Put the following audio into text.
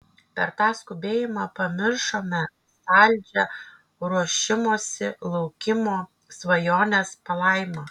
per tą skubėjimą pamiršome saldžią ruošimosi laukimo svajonės palaimą